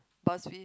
Buzzfeed